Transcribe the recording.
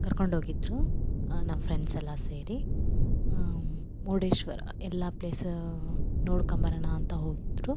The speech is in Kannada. ಕರ್ಕೊಂಡೋಗಿದ್ರು ನಮ್ಮ ಫ್ರೆಂಡ್ಸ್ ಎಲ್ಲ ಸೇರಿ ಮುರುಡೇಶ್ವರ ಎಲ್ಲ ಪ್ಲೇಸ ನೋಡ್ಕಂಬರಣ ಅಂತ ಹೋಗಿದ್ರು